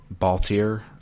Baltier